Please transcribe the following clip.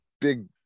Big